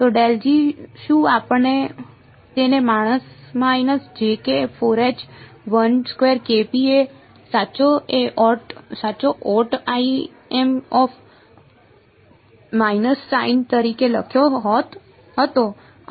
તો શું આપણે તેને માઈનસ એ સાચો ઓટ આઈ એમ ઓફ માઈનસ સાઇન તરીકે લખ્યો હતો